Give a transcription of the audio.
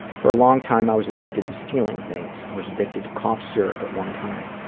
for a long time, i was addicted to stealing things. i was addicted to cough syrup at one time.